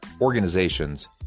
organizations